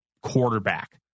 quarterback